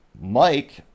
Mike